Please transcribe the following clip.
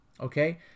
Okay